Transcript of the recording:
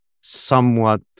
somewhat